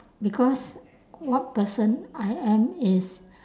because what person I am is